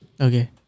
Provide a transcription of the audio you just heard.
okay